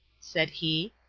said he.